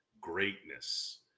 greatness